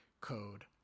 code